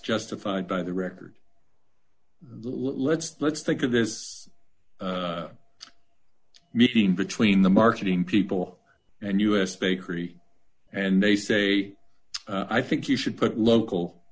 justified by the record let's let's think of this meeting between the marketing people and us bakery and they say i think you should put local